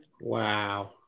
Wow